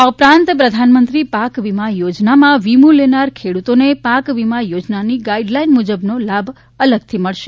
આ ઉપરાંત પ્રધાનમંત્રી પાક વિમા યોજનામાં વિમો લેનાર ખેડૂતોને પાક વિમા યોજનાની ગાઇડલાઇન મુજબનો લાભ અલગથી મળશે